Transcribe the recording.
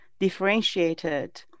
differentiated